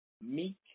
meek